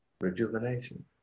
rejuvenation